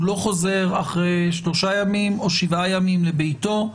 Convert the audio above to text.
הוא לא חוזר אחרי שלושה ימים או שבעה ימים לביתו.